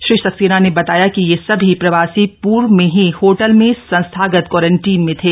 श्री सक्सेना ने बताया कि यह सभी प्रवासी पूर्व में ही होटल में संस्थागत क्वारंटाइन में थे